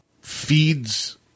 feeds